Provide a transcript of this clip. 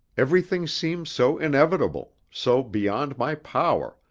everything seems so inevitable, so beyond my power,